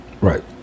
Right